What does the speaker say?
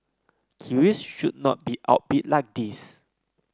Kiwis should not be outbid like this